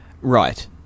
right